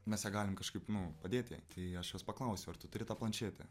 mes ją galim kažkaip nu padėti kai aš juos paklausiu ar tu turi tą planšetę